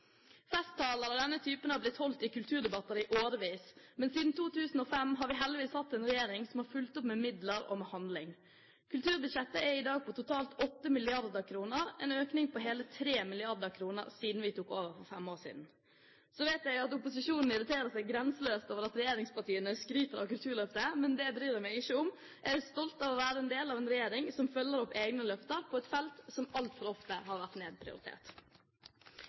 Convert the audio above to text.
Festtaler av denne typen er blitt holdt i kulturdebatter i årevis, men siden 2005 har vi heldigvis hatt en regjering som har fulgt opp med midler og med handling. Kulturbudsjettet er i dag på totalt 8 mrd. kr, en økning på hele 3 mrd. kr siden vi tok over for fem år siden. Jeg vet at opposisjonen irriterer seg grenseløst over at regjeringspartiene skryter av Kulturløftet, men det bryr jeg meg ikke om. Jeg er stolt av å være en del av en regjering som følger opp egne løfter på et felt som altfor ofte har vært nedprioritert.